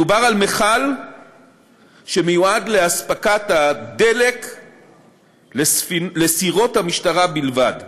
מדובר על מכל שמיועד לאספקת הדלק לסירות המשטרה בלבד.